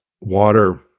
water